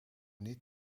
niet